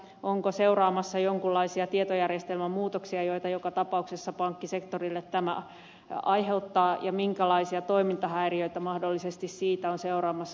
onko seuraamassa jonkunlaisia tietojärjestelmämuutoksia joita joka tapauksessa pankkisektorille tämä aiheuttaa ja minkälaisia toimintahäiriöitä mahdollisesti siitä on seuraamassa